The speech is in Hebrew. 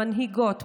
מנהיגות,